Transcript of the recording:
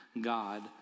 God